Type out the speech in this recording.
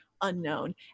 unknown